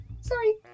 Sorry